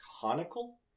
conical